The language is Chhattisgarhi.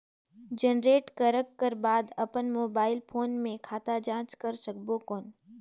जनरेट करक कर बाद अपन मोबाइल फोन मे खाता जांच कर सकबो कौन?